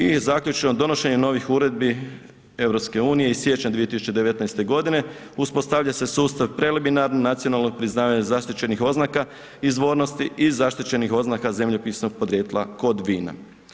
I zaključno, donošenje novih Uredbi EU iz siječnja 2019.g., uspostavlja se sustav preliminarno nacionalnog priznavanja zaštićenih oznaka izvornosti i zaštićenih oznaka zemljopisnog podrijetla kod vina.